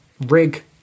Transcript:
rig